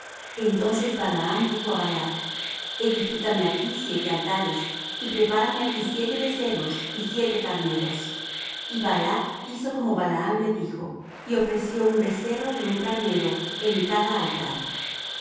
y balaam dijo á balac edifícame aquí siete altares y prepárame aquí siete becerros y siete carneros y balac hizo como le dijo balaam y ofrecieron balac y balaam un becerro y un carnero en cada altar